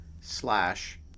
slash